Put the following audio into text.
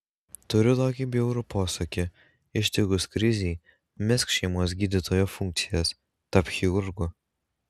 turiu tokį bjaurų posakį ištikus krizei mesk šeimos gydytojo funkcijas tapk chirurgu